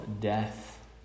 death